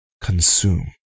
consume